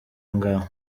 ngaha